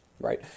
right